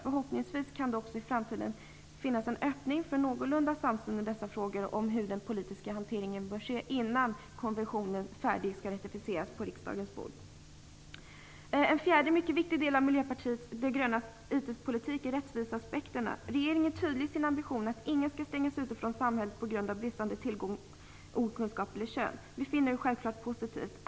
Förhoppningsvis kan det också i framtiden finnas en öppning för någorlunda samsyn i dessa frågor och om hur den politiska hanteringen bör ske - innan konventionen är färdig och skall ratificeras på riksdagens bord. En fjärde mycket viktig del av Miljöpartiet de grönas IT-politik är rättviseaspekterna. Regeringen är tydlig i sin ambition att ingen skall stängas ute från samhället på grund av bristande tillgång, okunskap eller kön. Vi finner självklart detta positivt.